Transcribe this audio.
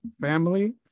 family